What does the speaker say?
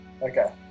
Okay